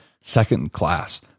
second-class